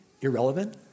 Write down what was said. irrelevant